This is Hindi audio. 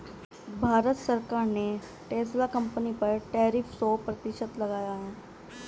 भारत सरकार ने टेस्ला कंपनी पर टैरिफ सो प्रतिशत लगाया